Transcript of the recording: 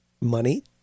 money